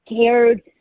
scared